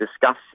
discuss